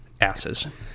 asses